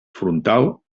frontal